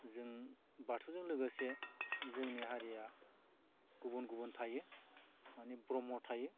जों बाथौजों लोगोसे जोंनि हारिया गुबुन गुबुन थायो माने ब्रह्म थायो